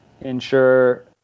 ensure